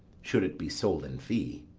should it be sold in fee.